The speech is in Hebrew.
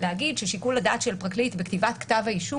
להגיד ששיקול הדעת של פרקליט בכתיבת כתב האישום,